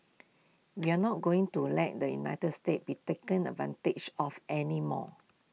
we are not going to let the united states be taken advantage of any more